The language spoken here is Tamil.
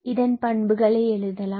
இதன் பண்புகளை எழுதலாம்